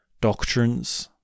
doctrines